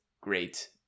Great